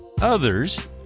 others